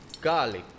garlic